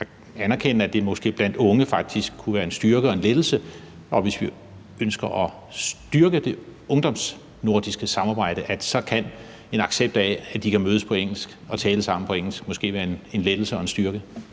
anerkende, at det måske blandt unge faktisk kunne være en styrke og en lettelse – og at hvis vi ønsker at styrke det nordiske ungdomssamarbejde, så kan en accept af, at de kan mødes på engelsk og tale sammen på engelsk, måske være en lettelse og en styrke?